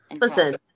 Listen